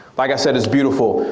like i said it's beautiful.